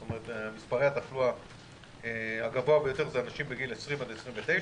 זאת אומרת שמספרי התחלואה הגבוהה ביותר אלו אנשים בגיל 20 עד 29,